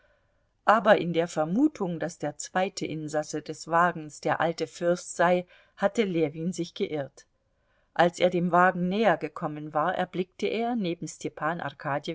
aber in der vermutung daß der zweite insasse des wagens der alte fürst sei hatte ljewin sich geirrt als er dem wagen näher gekommen war erblickte er neben stepan